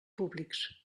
públics